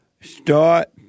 Start